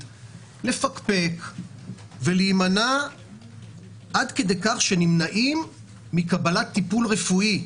לפקפק ולהימנע עד כדי כך שנמנעים מקבלת טיפול רפואי,